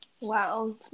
Wow